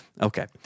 Okay